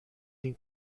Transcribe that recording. این